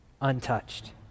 untouched